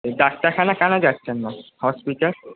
ডাক্তারখানা কেন যাচ্ছেন না হসপিটাল